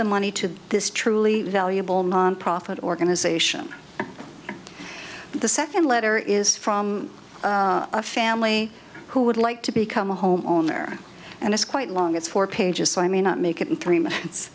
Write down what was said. the money to this truly valuable nonprofit organization the second letter is from a family who would like to become a homeowner and it's quite long it's four pages so i may not make it in three months